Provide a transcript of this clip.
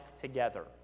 together